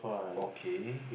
okay